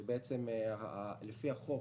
שלפי החוק